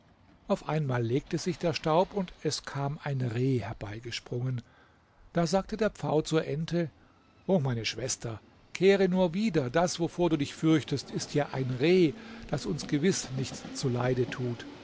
auf einmal legte sich der staub und es kam ein reh herbeigesprungen da sagte der pfau zur ente o meine schwester kehre nur wieder das wovor du dich fürchtest ist ja ein reh das uns gewiß nichts zuleide tut